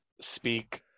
speak